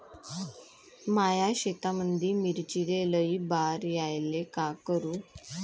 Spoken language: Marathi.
माया शेतामंदी मिर्चीले लई बार यायले का करू?